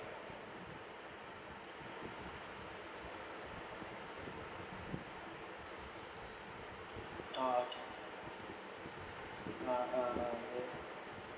ah okay ah ah ah